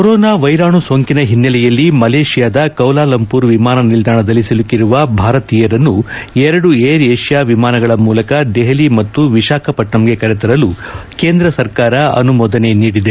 corona ವೈರಾಣು ಸೋಂಕಿನ ಹಿನ್ನೆಲೆಯಲ್ಲಿ ಮಲೇಷ್ಯಾದ ಕ್ವಾಲಾಲಂಪುರ್ ವಿಮಾನ ನಿಲ್ದಾಣದಲ್ಲಿ ಸಿಲುಕಿರುವ ಭಾರತೀಯರನ್ನು ಎರಡು ಏರ್ ಏಷ್ನಾ ವಿಮಾನಗಳ ಮೂಲಕ ದೆಹಲಿ ಮತ್ತು ವಿಶಾಖಪಟ್ಟಣಂಗೆ ಕರೆ ತರಲು ಕೇಂದ ಸರ್ಕಾರ ಅನುಮೋದನೆ ನೀಡಿದೆ